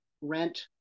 rent